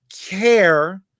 care